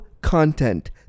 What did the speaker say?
content